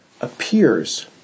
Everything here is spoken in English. appears